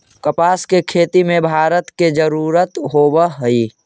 कपास के खेती में पानी के जरूरत होवऽ हई